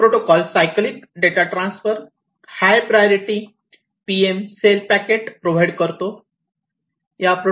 हा protocol cyclic data transfer high priority PM cell packet provide करतो